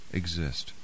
exist